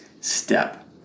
step